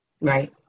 Right